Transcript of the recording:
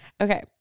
Okay